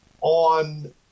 on